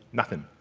nothin,